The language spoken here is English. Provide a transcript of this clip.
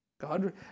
God